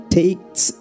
takes